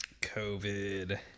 COVID